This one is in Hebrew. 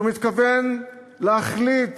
שהוא מתכוון להחליט